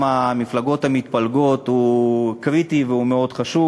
המפלגות המתפלגות הוא קריטי והוא מאוד חשוב.